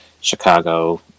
Chicago